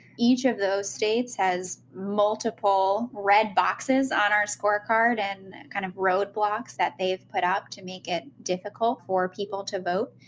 each of those states has multiple red boxes on our scorecard, and kind of roadblocks that they've put up to make it difficult for people to vote.